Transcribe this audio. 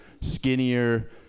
skinnier